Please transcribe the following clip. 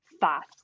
fast